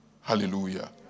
Hallelujah